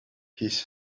his